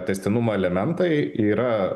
tęstinumo elementai yra